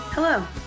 Hello